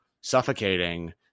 suffocating